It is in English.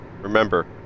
Remember